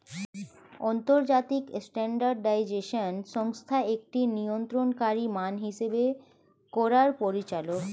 আন্তর্জাতিক স্ট্যান্ডার্ডাইজেশন সংস্থা একটি নিয়ন্ত্রণকারী মান হিসেব করার পরিচালক